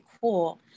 cool